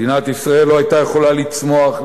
מדינת ישראל לא היתה יכולה לצמוח,